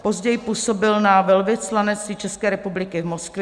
Později působil na Velvyslanectví České republiky v Moskvě.